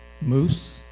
moose